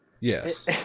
Yes